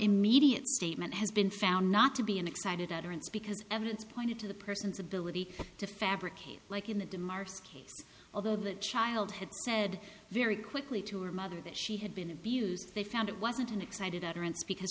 immediate statement has been found not to be an excited utterance because evidence pointed to the person's ability to fabricate like in the demarche case although the child had said very quickly to her mother that she had been abused they found it wasn't an excited utterance because